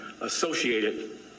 associated